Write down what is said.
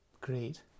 Great